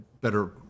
better